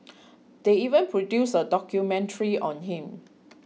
they even produced a documentary on him